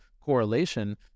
correlation